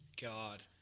God